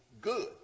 good